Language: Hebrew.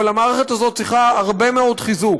אבל המערכת הזאת צריכה הרבה מאוד חיזוק,